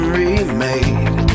remade